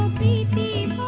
the name